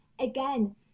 again